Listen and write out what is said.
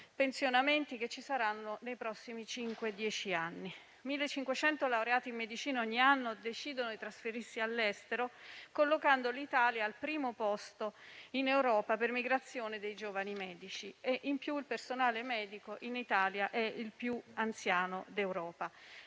pensionamenti che ci saranno nei prossimi cinque-dieci anni. Ogni anno 1.500 laureati in medicina decidono di trasferirsi all'estero, collocando l'Italia al primo posto in Europa per migrazione dei giovani medici. In più, il personale medico in Italia è il più anziano d'Europa.